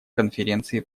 конференции